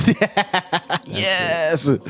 yes